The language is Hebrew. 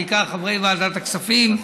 בעיקר חברי ועדת הכספים,